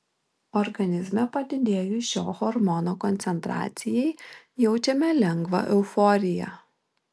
organizme padidėjus šio hormono koncentracijai jaučiame lengvą euforiją